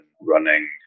running